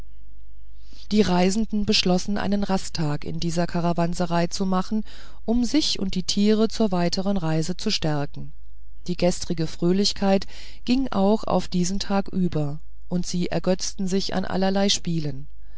die reisenden beschlossen einen rasttag in dieser karawanserei zu machen um sich und die tiere zur weiteren reise zu stärken die gestrige fröhlichkeit ging auch auf diesen tag über und sie ergötzten sich in allerlei spielen